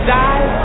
die